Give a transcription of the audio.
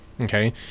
Okay